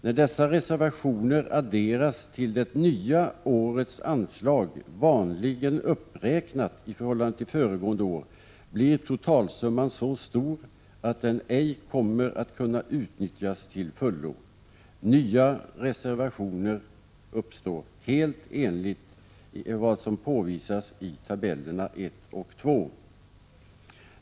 När dessa reservationer adderas till det nya årets anslag, vanligen uppräknat i förhållande till föregående år, blir totalsumman så stor att den ej kommer att kunna utnyttjas till fullo. Nya reservationer uppstår, helt enligt vad som påvisas i tabellerna 1 och 2.